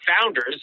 founders